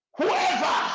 Whoever